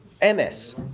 MS